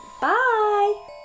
bye